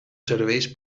serveis